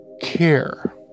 care